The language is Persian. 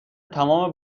تمام